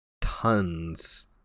tons